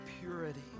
purity